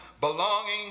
belonging